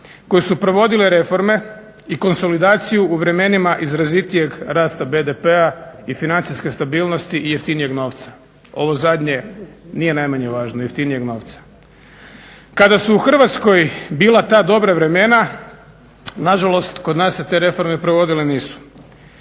koje su provodile reforme i konsolidaciju u vremenima izrazitijeg rasta BDP-a i financijske stabilnosti i jeftinijeg novca. Ovo zadnje nije najmanje važno, jeftinijeg novca. Kada su u Hrvatskoj bila ta dobra vremena nažalost kod nas se te reforme provodile nisu.